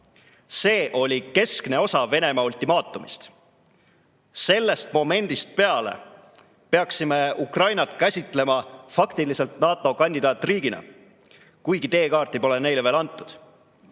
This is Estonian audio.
See oli keskne osa Venemaa ultimaatumist. Sellest momendist peale peaksime Ukrainat käsitlema faktiliselt NATO kandidaatriigina, kuigi teekaarti pole neile veel antud.